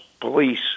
police